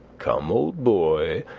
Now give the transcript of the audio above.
come, old boy,